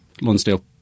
Lonsdale